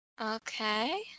Okay